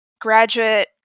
graduate